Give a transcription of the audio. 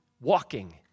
walking